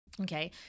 Okay